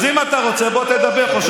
אז אם אתה רוצה, בוא תדבר פה.